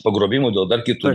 pagrobimų dėl dar kitų